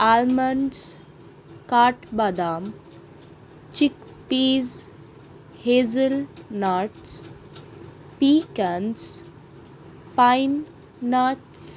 almonds কাঠ বাদাম chickpeas hazelnut pecans pine nuts